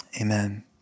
Amen